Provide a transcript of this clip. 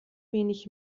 wenig